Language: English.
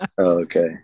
okay